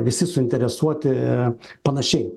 visi suinteresuoti panašiai